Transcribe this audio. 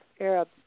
Arab